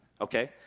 Okay